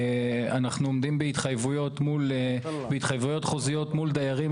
אנחנו עומדים בהתחייבויות חוזיות מול דיירים,